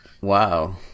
Wow